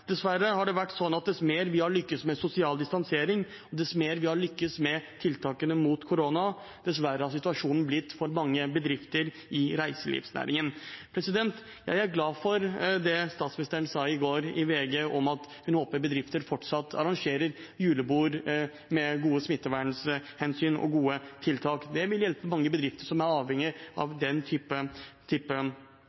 Dessverre er det sånn at dess mer vi har lyktes med sosial distansering, dess mer vi har lyktes med tiltakene mot korona, dess verre har situasjonen for mange bedrifter i reiselivsnæringen blitt. Jeg er glad for det statsministeren sa i VG i går om at hun håper bedrifter fortsatt arrangerer julebord med gode smitteverntiltak. Det vil hjelpe mange bedrifter som er avhengige av